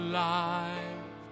Alive